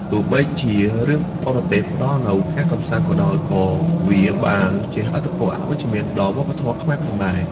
ទោះបីជារឿងបរទេសផ្តល់នូវការកម្សាន្តក៏ដោយ ក៏វាបានជះឥទ្ធិពលអវិជ្ជមានដល់វប្បធម៌ខ្មែរផងដែរ។